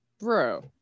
Bro